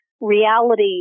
reality